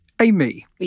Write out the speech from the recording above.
Amy